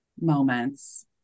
moments